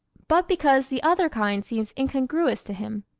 but because the other kind seem incongruous to him.